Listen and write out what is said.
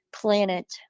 planet